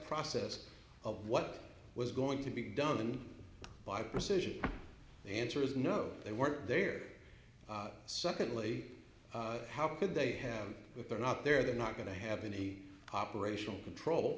process of what was going to be done by precision answer is no they weren't there secondly how could they have if they're not there they're not going to have any operational control